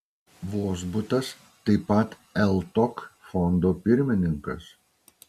vozbutas taip pat ltok fondo pirmininkas